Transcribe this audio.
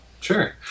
Sure